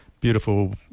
beautiful